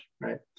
right